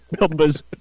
Numbers